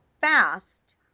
fast